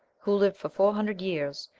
who lived for four hundred years,